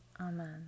Amen